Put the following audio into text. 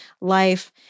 life